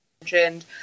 mentioned